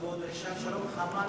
זאת דרישת שלום חמה מאוד.